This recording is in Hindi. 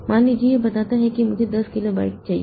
मान लीजिए यह बताता है कि मुझे 10 किलोबाइट चाहिए